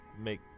make